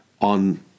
on